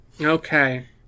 Okay